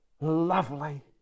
lovely